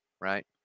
right